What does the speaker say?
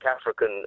African